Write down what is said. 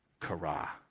kara